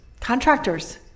Contractors